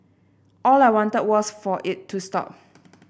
all I wanted was for it to stop